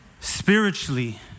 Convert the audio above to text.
spiritually